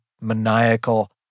maniacal